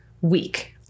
week